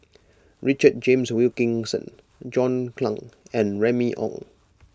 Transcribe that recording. Richard James Wilkinson John Clang and Remy Ong